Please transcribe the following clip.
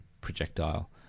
projectile